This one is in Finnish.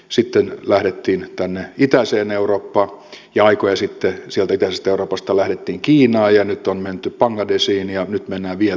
sitten lähdettiin itäiseen eurooppaan ja aikoja sitten sieltä itäisestä euroopasta lähdettiin kiinaan ja nyt on menty bangladeshiin ja nyt mennään vietnamiin ja niin edelleen